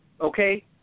okay